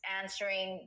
answering